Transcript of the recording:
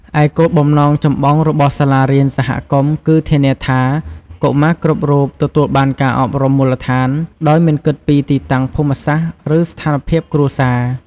ឯគោលបំណងចម្បងរបស់សាលារៀនសហគមន៍គឺធានាថា កុមារគ្រប់រូបទទួលបានការអប់រំមូលដ្ឋាន ដោយមិនគិតពីទីតាំងភូមិសាស្ត្រ ឬស្ថានភាពគ្រួសារ។